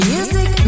Music